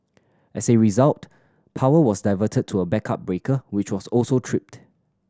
as a result power was diverted to a backup breaker which was also tripped